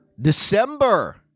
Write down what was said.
December